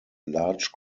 large